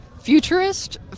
futurist